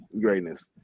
greatness